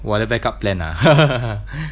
我的 backup plan ah